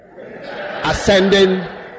ascending